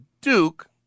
Duke